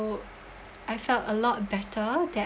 so I felt a lot better that